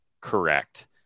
correct